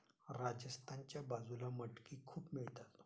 राजस्थानच्या बाजूला मटकी खूप मिळतात